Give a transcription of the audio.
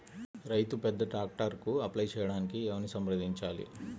రైతు పెద్ద ట్రాక్టర్కు అప్లై చేయడానికి ఎవరిని సంప్రదించాలి?